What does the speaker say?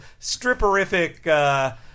stripperific